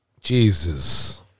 Jesus